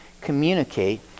communicate